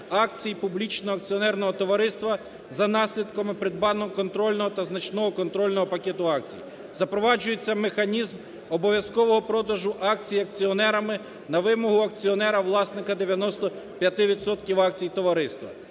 акцій публічного акціонерного товариства за наслідками контрольного та значного контрольного пакету акцій. Запроваджується механізм обов'язкового продажу акцій акціонерами на вимогу акціонера власника 95 відсотків акцій товариства.